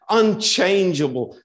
unchangeable